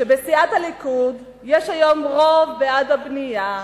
בסיעת הליכוד יש היום רוב בעד הבנייה,